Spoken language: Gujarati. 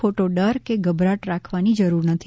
ખોટો ડર કે ગભરાટ રાખવાની જરૂર નથી